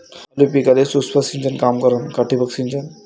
आलू पिकाले सूक्ष्म सिंचन काम करन का ठिबक सिंचन?